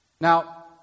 Now